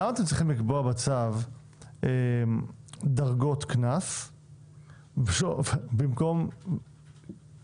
למה אתם צריכים לקבוע בצו דרגות קנס במקום טבלה?